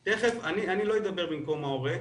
תיכף, אני לא אדבר במקום ההורה.